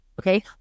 okay